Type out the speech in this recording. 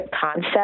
concept